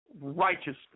righteousness